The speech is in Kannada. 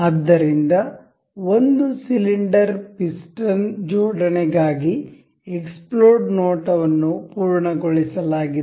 ಆದ್ದರಿಂದ ಒಂದು ಸಿಲಿಂಡರ್ ಪಿಸ್ಟನ್ ಜೋಡಣೆ ಗಾಗಿ ಎಕ್ಸ್ಪ್ಲೋಡ್ ನೋಟ ವನ್ನು ಪೂರ್ಣಗೊಳಿಸಲಾಗಿದೆ